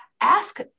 ask